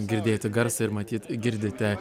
girdėti garsą ir matyt girdite